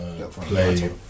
play